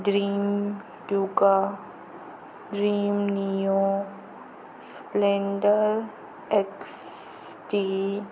dream ट्युका Dream Neo Splendor XT